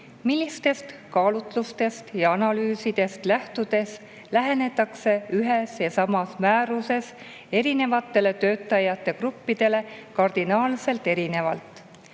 Millistest kaalutlustest ja analüüsidest lähtudes lähenetakse ühes ja samas määruses erinevatele töötajate gruppidele kardinaalselt erinevalt